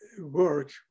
work